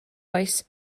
oes